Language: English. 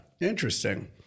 Interesting